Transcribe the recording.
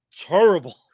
terrible